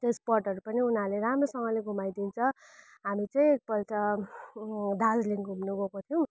त्यो स्पोटहरू नि उनीहरूले राम्रोसँगले घुमाइदिन्छ हामी चाहिँ एकपल्ट दार्जिलिङ घुम्नु गएको थियौँ